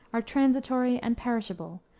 are transitory and perishable,